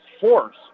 force